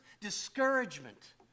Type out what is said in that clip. discouragement